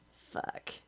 Fuck